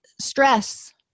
stress